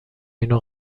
اینو